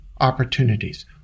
opportunities